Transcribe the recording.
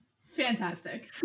Fantastic